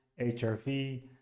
HRV